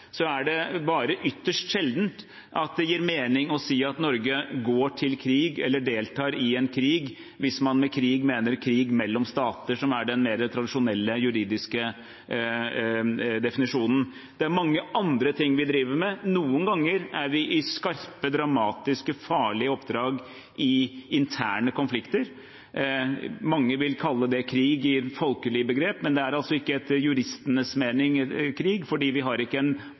er det bare ytterst sjelden det gir mening å si at Norge går til krig eller deltar i en krig, hvis man med krig mener krig mellom stater, som er den mer tradisjonelle juridiske definisjonen. Det er mange andre ting vi driver med. Noen ganger er vi i skarpe, dramatiske, farlige oppdrag i interne konflikter. Mange vil kalle det krig etter folkelig begrep, men det er altså ikke krig etter juristenes mening, fordi vi ikke har en